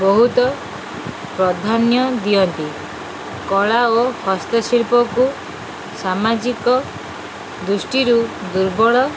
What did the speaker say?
ବହୁତ ପ୍ରଧାନ୍ୟ ଦିଅନ୍ତି କଳା ଓ ହସ୍ତଶିଳ୍ପକୁ ସାମାଜିକ ଦୃଷ୍ଟିରୁ ଦୁର୍ବଳ